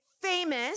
famous